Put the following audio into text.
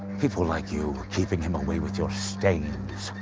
people like you keeping him away with your stains.